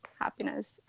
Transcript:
happiness